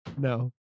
No